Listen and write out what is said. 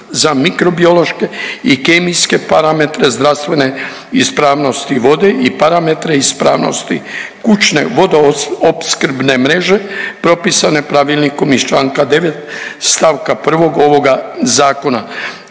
za mikrobiološke i kemijske parametre zdravstvene ispravnosti vode i parametre ispravnosti kućne vodoopskrbne mreže propisane pravilnikom iz Članka 9. stavka 1. ovoga zakona.